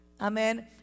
amen